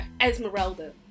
Esmeralda